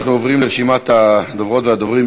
אנחנו עוברים לרשימת הדוברות והדוברים.